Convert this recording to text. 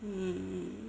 mm